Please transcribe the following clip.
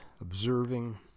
observing